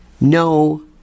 no